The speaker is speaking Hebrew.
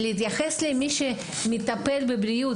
להתייחס למי שמטפל בבריאות,